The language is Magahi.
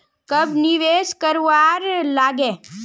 कब निवेश करवार लागे?